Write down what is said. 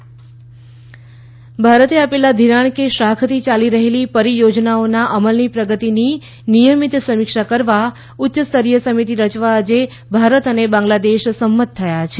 ભારત બાંગ્લાદેશ પરિયોજના ભારતે આપેલા ધિરાણ કે શાખથી યાલી રહેલી પરિયોજનાઓના અમલની પ્રગતિની નિયમિત સમીક્ષા કરવા ઉચ્ય સ્તરીયસમિતિ રચવા આજે ભારત અને બાંગ્લાદેશ સંમત થયા છે